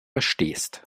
verstehst